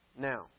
Now